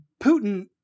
Putin